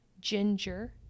ginger